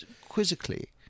quizzically